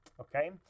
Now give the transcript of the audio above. Okay